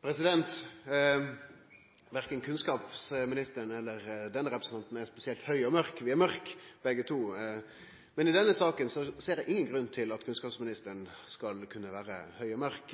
spesielt høge og mørke – vi er mørke begge to. I denne saka ser eg ingen grunn til at kunnskapsministeren skal kunne vere høg og mørk.